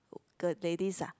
the ladies ah